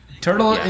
Turtle